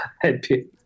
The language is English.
happy